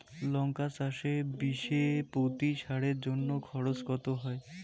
লঙ্কা চাষে বিষে প্রতি সারের জন্য খরচ কত হয়?